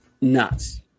nuts